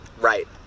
Right